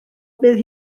bydd